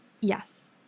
Yes